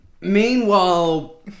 meanwhile